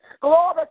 Glory